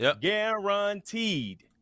guaranteed